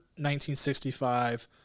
1965